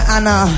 Anna